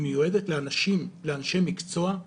היא מיועדת לאנשי מקצוע,